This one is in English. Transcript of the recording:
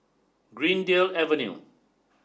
Greendale Avenue